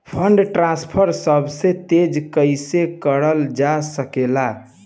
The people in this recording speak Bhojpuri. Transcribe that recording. फंडट्रांसफर सबसे तेज कइसे करल जा सकेला?